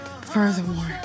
Furthermore